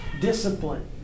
discipline